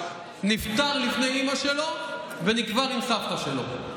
נפטר לפני אימא שלו ונקבר עם סבתא שלו.